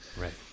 Right